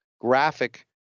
graphic